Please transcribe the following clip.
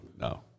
No